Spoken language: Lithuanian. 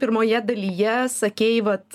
pirmoje dalyje sakei vat